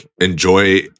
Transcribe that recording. enjoy